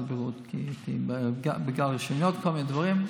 הבריאות בגלל רישיונות וכל מיני דברים,